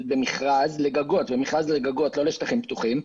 במכרז לגגות, לא לשטחים פתוחים.